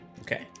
Okay